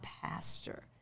pastor